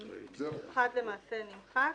(1) נמחק.